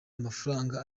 amafaranga